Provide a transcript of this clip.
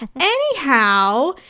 Anyhow